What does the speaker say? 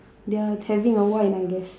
they're having I guess